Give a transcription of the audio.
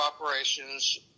operations